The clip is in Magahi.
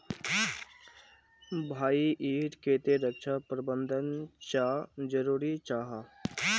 भाई ईर केते रक्षा प्रबंधन चाँ जरूरी जाहा?